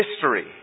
history